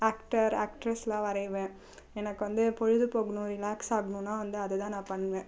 actor ஆக்ட்ரஸ்லாம் வரைவேன் எனக்கு வந்து பொழுது போகணும் ரிலாக்ஸ் ஆகணுன்னால் வந்து அதை தான் நான் பண்ணுவேன்